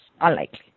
unlikely